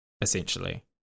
essentially